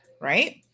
right